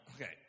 okay